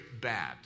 bad